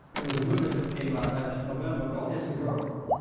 there was a movie that came out last november called it's a girl,